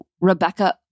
Rebecca